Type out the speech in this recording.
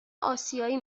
آسیایی